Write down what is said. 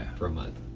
for a month.